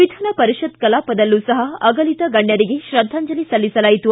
ವಿಧಾನಪರಿಷತ್ ಕಲಾಪದಲ್ಲೂ ಸಹ ಅಗಲಿದ ಗಣ್ಯರಿಗೆ ಶ್ರದ್ದಾಂಜಲಿ ಸಲ್ಲಿಸಲಾಯಿತು